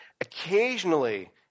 Occasionally